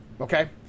Okay